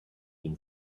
been